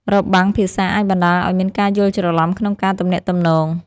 របាំងភាសាអាចបណ្ដាលឱ្យមានការយល់ច្រឡំក្នុងការទំនាក់ទំនង។